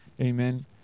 Amen